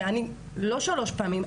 לא שלוש פעמים,